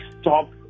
stop